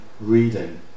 reading